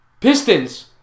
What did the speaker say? Pistons